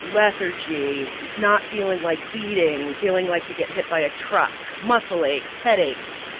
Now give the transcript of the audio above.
lethargy, not feeling like eating, feeling like you get hit by a truck, muscle aches, headaches,